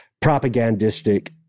propagandistic